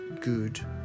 good